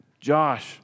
Josh